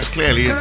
Clearly